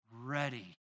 ready